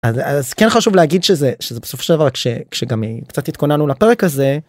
אז כן חשוב להגיד שזה בסוף של דבר כשגם קצת התכוננו לפרק הזה.